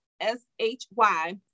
S-H-Y